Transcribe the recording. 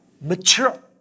mature